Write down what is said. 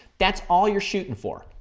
that's all you're shooting for.